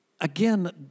Again